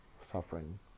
suffering